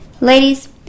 ladies